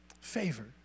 Favor